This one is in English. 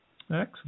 Excellent